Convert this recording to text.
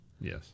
Yes